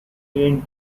gained